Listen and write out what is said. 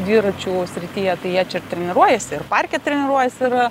dviračių srityje tai jie čia treniruojasi ir parke treniruojasi yra